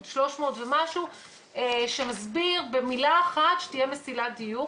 300 ומשהו שמסביר במילה אחת שתהיה מסילת דיור.